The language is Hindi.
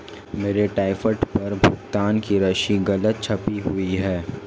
मेरे ड्राफ्ट पर भुगतान की राशि गलत छपी हुई है